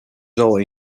zal